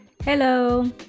Hello